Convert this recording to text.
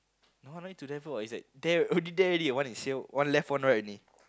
no no need to it's like there already there already one is here one left one right only